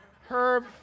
Herb